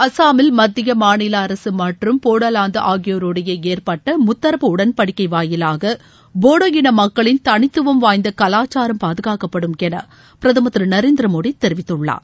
அஸ்ஸாமில் மத்திய மாநில அரசு மற்றும் போடாவாந்து ஆகியோருடைய ஏற்பட்ட முத்தரப்பு உடன்படிக்கை வாயிலாக போடோ இன மக்களின் தனித்துவம் வாய்ந்த கலாச்சாரம் பாதுக்கப்படும் என பிரதமர் திரு நரேந்திர மோடி தெரிவித்துள்ளார்